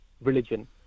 religion